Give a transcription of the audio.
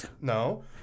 No